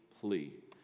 plea